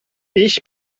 ich